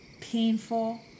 painful